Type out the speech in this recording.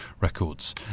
records